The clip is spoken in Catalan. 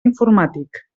informàtic